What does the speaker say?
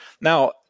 Now